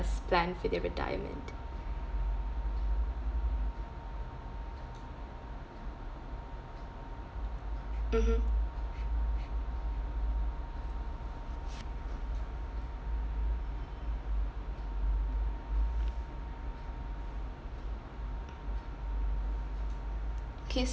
plan for their retirement mmhmm